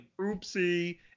oopsie